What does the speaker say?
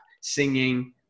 singing